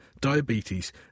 diabetes